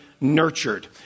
nurtured